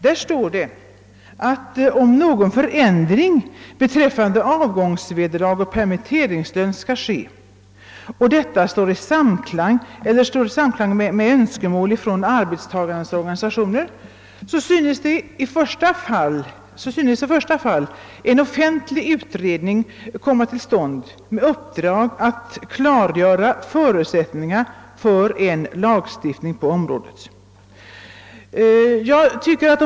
Där står det att om någon förändring beträffande avgångsvederlag och <permitteringslön skall ske och detta står i samklang med önskemål från arbetstagarnas organisationer, så synes i så fall i första hand en offentlig utredning böra komma till stånd med uppdrag att klargöra förutsättningarna för en lagstiftning på området.